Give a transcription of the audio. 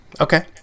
okay